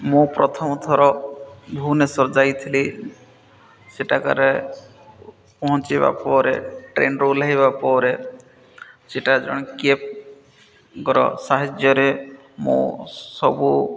ମୁଁ ପ୍ରଥମଥର ଭୁବନେଶ୍ୱର ଯାଇଥିଲି ସେଟାକାରେ ପହଞ୍ଚିବା ପରେ ଟ୍ରେନ୍ରୁ ଓଲ୍ହେଇବା ପରେ ସେଟା ଜଣେ କ୍ୟାବ୍ଙ୍କର ସାହାଯ୍ୟରେ ମୁଁ ସବୁ